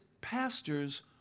pastors